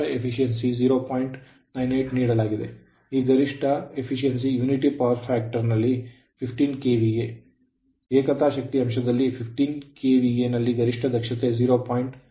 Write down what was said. ಈಗ ಗರಿಷ್ಠ ದಕ್ಷತೆ unity ಪವರ್ ಫ್ಯಾಕ್ಟರ್ ನಲ್ಲಿ 15ಕೆವಿಎ ಏಕತಾ ಶಕ್ತಿ ಅಂಶದಲ್ಲಿ 15KVA ನಲ್ಲಿ ಗರಿಷ್ಠ ದಕ್ಷತೆ 0